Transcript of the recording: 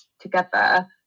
together